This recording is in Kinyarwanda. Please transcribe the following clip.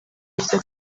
biza